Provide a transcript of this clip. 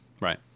right